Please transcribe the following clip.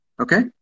Okay